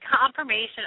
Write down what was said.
confirmation